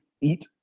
eat